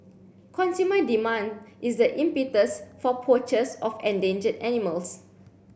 consumer demand is the impetus for poachers of endangered animals